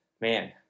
man